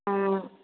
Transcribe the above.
ம்